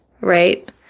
right